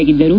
ಯಾಗಿದ್ದರು